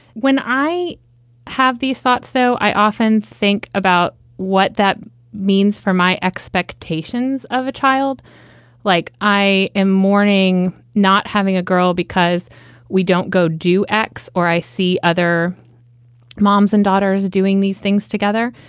when i have these thoughts, though, i often think about what that means for my expectations of a child like i am mourning not having a girl because we don't go do x or i see other moms and daughters doing these things together.